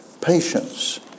Patience